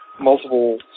multiple